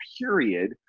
period